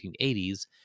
1980s